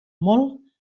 molt